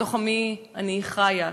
בתוך עמי אני חיה,